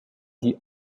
die